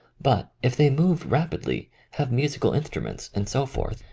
but if they move rapidly, have musical instru ments, and so forth,